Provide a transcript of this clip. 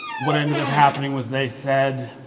what ended up happening was they said,